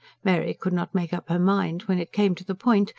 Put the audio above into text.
mary could not make up her mind, when it came to the point,